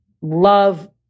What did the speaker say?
love